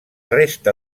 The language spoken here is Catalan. resta